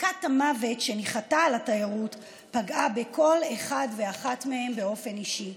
מכת המוות שניחתה על התיירות פגעה בכל אחד ואחת מהם באופן אישי,